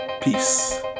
Peace